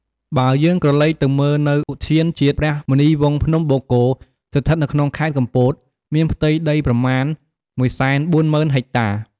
បើយើងក្រឡេកទៅមើលនៅ ឧទ្យានជាតិព្រះមុនីវង្សភ្នំបូកគោ ស្ថិតនៅក្នុងខេត្តកំពត មានផ្ទៃដីប្រមាណ ១៤០,០០០ ហិចតា។